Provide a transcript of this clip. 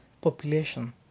population